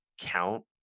count